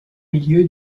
milieu